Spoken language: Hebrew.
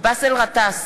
באסל גטאס,